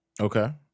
Okay